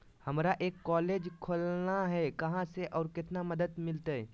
हमरा एक कॉलेज खोलना है, कहा से और कितना मदद मिलतैय?